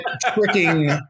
tricking